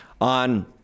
on